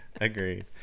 Agreed